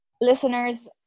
listeners